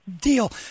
deal